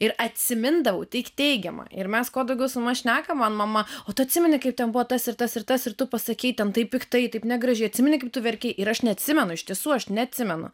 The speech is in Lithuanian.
ir atsimindavau tik teigiamą ir mes kuo daugiau su mama šnekam man mama o tu atsimeni kaip ten buvo tas ir tas ir tas ir tu pasakei ten taip piktai taip negražiai atsimeni kaip tu verki ir aš neatsimenu iš tiesų aš neatsimenu